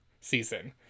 season